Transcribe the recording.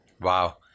Wow